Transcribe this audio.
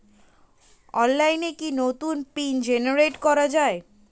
অনলাইনে কি নতুন পিন জেনারেট করা যায়?